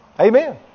Amen